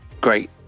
great